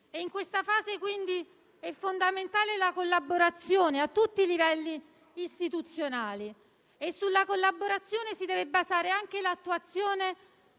in questa fase è quindi fondamentale la collaborazione a tutti i livelli istituzionali. Sempre sulla collaborazione si deve basare anche l'attuazione